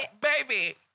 Baby